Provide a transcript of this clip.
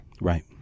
right